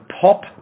pop